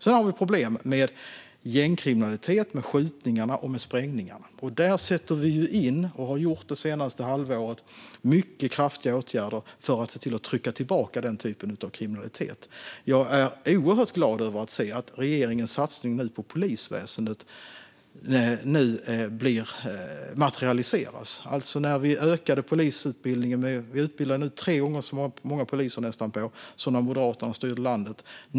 Sedan har vi problem med gängkriminalitet, skjutningar och sprängningar. Där har vi det senaste halvåret satt in mycket kraftiga åtgärder för att trycka tillbaka den typen av kriminalitet. Jag är oerhört glad över att se att regeringens satsning på polisväsendet nu materialiseras. Vi har ökat polisutbildningen och utbildar nu nästan tre gånger så många poliser per år som när Moderaterna styrde landet.